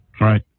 Right